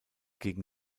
gegen